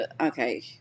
okay